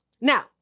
Now